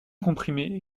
comprimé